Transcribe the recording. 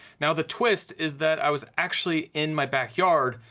now the twist is that i was actually in my backyard,